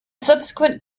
subsequent